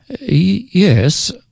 Yes